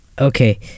Okay